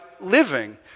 living